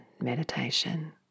meditation